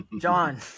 John